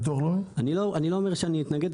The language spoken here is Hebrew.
אני לא אומר שאני מתנגד,